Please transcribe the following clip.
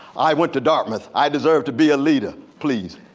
i went to dartmouth, i deserve to be a leader. please.